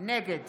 נגד